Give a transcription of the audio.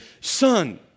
son